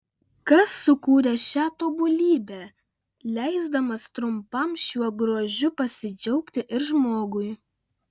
kas sukūrė šią tobulybę leisdamas trumpam šiuo grožiu pasidžiaugti ir žmogui